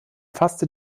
fasste